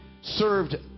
Served